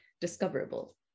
discoverable